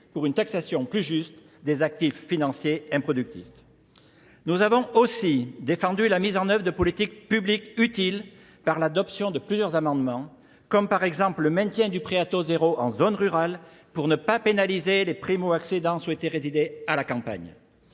pour une taxation plus juste des actifs financiers improductifs. Nous avons aussi défendu la mise en œuvre de politiques publiques utiles par l'adoption de plusieurs amendements, comme par exemple le maintien du prêt à taux zéro en zone rurale pour ne pas pénaliser les primo-accédents souhaités résider à la campagne.